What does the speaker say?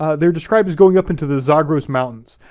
ah they're described as going up into the zagros mountains.